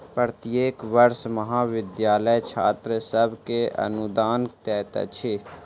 प्रत्येक वर्ष महाविद्यालय छात्र सभ के अनुदान दैत अछि